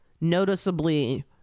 noticeably